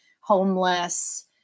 homeless